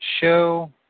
show